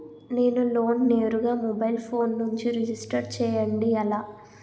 నేను లోన్ నేరుగా mobile phone నుంచి రిజిస్టర్ చేయండి ఎలా?